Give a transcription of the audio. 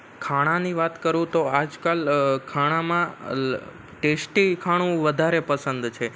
ખાણાંની વાત કરું તો આજકાલ ખાણામાં ટેસ્ટી ખાણું વધારે પસંદ છે